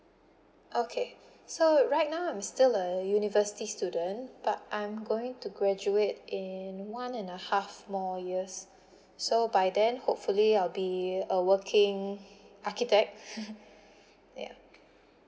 okay so right now I'm still a university student but I'm going to graduate in one and a half more years so by then hopefully I will be a working architect yeah